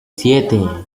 siete